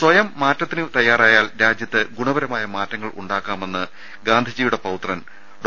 സ്വയം മാറ്റത്തിനു തയ്യാറായാൽ രാജൃത്ത് ഗുണപരമായ മാറ്റങ്ങൾ ഉണ്ടാക്കാമെന്ന് ഗാന്ധിജിയുടെ പൌത്രൻ ഡോ